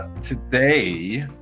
Today